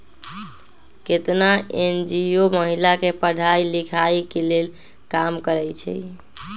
केतना एन.जी.ओ महिला के पढ़ाई लिखाई के लेल काम करअई छई